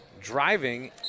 driving